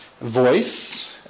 voice